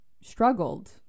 struggled